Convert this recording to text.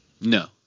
No